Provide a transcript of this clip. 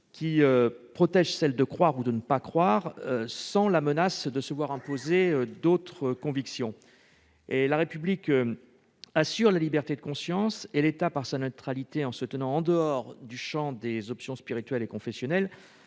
qui protège celle de croire ou de ne pas croire, sans la menace de se voir imposer d'autres convictions. La République assure la liberté de conscience, et l'État, par sa neutralité, en se tenant en dehors du champ des options spirituelles et confessionnelles,